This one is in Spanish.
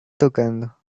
tocando